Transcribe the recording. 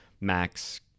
max